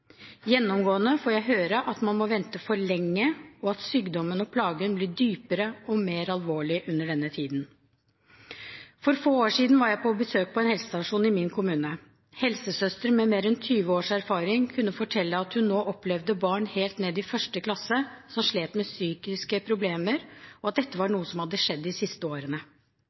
Gjennomgående får jeg høre at man må vente for lenge, og at sykdommen og plagen ble dypere og mer alvorlig i løpet av denne tiden. For få år siden var jeg på besøk på en helsestasjon i min kommune. Helsesøster, med mer enn 20 års erfaring, kunne fortelle at hun nå opplevde barn helt ned i l. klasse som slet med psykiske problemer, og at dette var noe som hadde skjedd de siste årene.